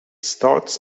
starts